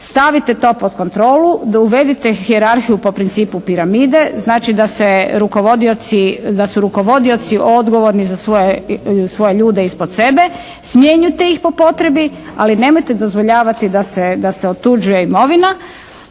Stavite to pod kontrolu. Uvedite hijerarhiju po principu piramide, znači da se rukovodioci, da su rukovodioci odgovorni za svoje ljude ispod sebe. Smijenite ih po potrebni. Ali nemojte dozvoljavati da se otuđuje imovina.